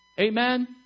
Amen